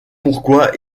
pourquoi